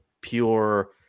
pure